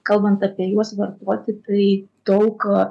kalbant apie juos vartoti tai daug